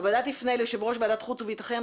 הוועדה תפנה ליושב-ראש ועדת חוץ וביטחון,